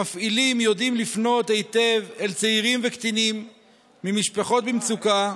המפעילים יודעים לפנות היטב אל צעירים וקטינים ממשפחות במצוקה,